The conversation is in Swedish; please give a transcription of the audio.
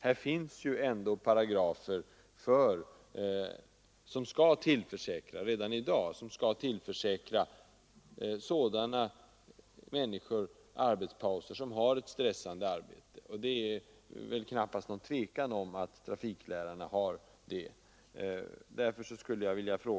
Det finns redan i dag paragrafer som skall tillförsäkra sådana människor arbetspauser som har stressande arbete. Det råder knappast något tvivel om att trafiklärarna har det.